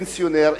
פנסיונר,